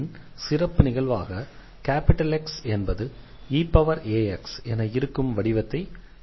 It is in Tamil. பின் சிறப்பு நிகழ்வாக X என்பது eax என இருக்கும் வடிவத்தை விவாதித்தோம்